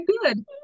good